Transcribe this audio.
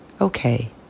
okay